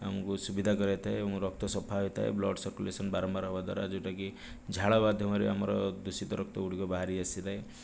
ଆମକୁ ସୁବିଧା କରାଇଥାଏ ଏବଂ ରକ୍ତ ସଫା ହୋଇଥାଏ ବ୍ଲଡ୍ ସର୍କୁଲେସନ୍ ବାରମ୍ବାର ହେବା ଦ୍ୱାରା ଯେଉଁଟାକି ଝାଳ ମାଧ୍ୟମରେ ଆମର ଦୂଷିତ ରକ୍ତଗୁଡ଼ିକ ବାହାରି ଆସିଥାଏ